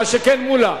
מה שכן, מולה,